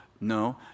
No